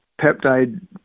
peptide